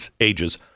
ages